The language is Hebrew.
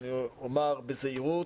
אני אומר בזהירות,